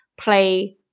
play